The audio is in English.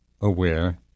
aware